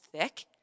thick